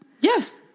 Yes